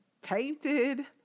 tainted